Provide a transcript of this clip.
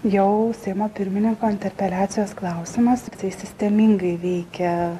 jau seimo pirmininko interpeliacijos klausimas tiktai sistemingai veikia